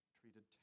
treated